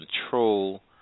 control